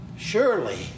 Surely